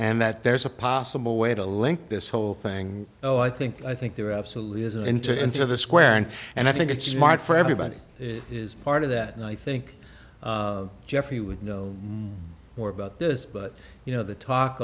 and that there's a possible way to link this whole thing oh i think i think there absolutely is a enter into the square and i think it's smart for everybody is part of that and i think jeffrey would know more about this but you know the talk